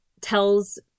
tells